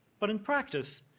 but in practice,